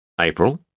April